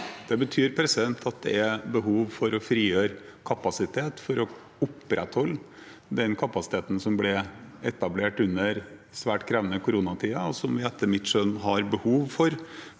Det betyr at det er behov for å frigjøre kapasitet for å opprettholde den kapasiteten som ble etablert under den svært krevende koronatiden, og som vi etter mitt skjønn har behov for